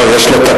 לא, יש לו תקנון